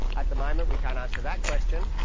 at the moment we can't answer that question,